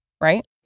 right